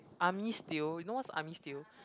army stew you know what's army stew